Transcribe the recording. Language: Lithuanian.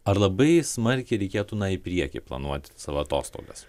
ar labai smarkiai reikėtų na į priekį planuoti savo atostogas